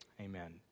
Amen